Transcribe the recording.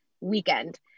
weekend